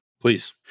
Please